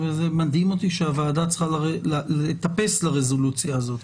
מדהים אותי שהוועדה צריכה לטפס לרזולוציה הזאת,